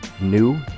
new